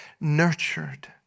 nurtured